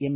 M